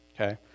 Okay